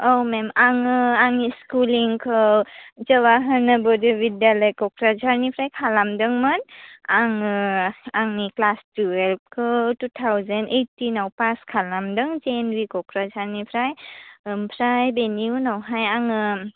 औ मेम आङो आंनि स्कुलिंखौ जवाहर नवदय बिधालय क'क्राझारनिफ्राय खालामदोंमोन आङो आंनि क्लास टुयेल्भखो टु थावजेन ओइटिनाव पास खालामदों जे एन बि क'क्राझारनिफ्राय आमफ्राय बेनि उनावहाय आङो